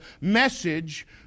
message